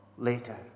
Later